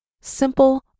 simple